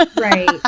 right